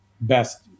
Best